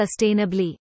sustainably